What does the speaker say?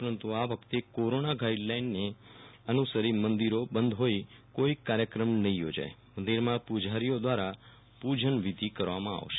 પરંતુ આ વખતે કોરોના ગાઈડ લીઈનને અનુસરી મંદિરો બંધ હોઈ કોઈ કાર્યક્રમ નહી યોજાય મંદિરમાં પુજારીઓ દ્વારા પૂજન વિધિ થશે